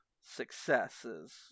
successes